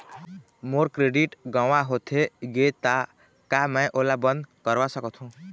मोर credit गंवा होथे गे ता का मैं ओला बंद करवा सकथों?